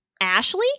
Ashley